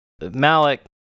Malik